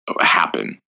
happen